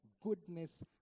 goodness